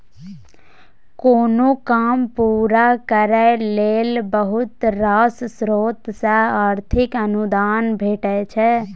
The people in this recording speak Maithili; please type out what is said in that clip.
कोनो काम पूरा करय लेल बहुत रास स्रोत सँ आर्थिक अनुदान भेटय छै